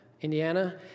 Indiana